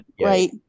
right